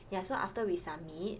ya so after we submit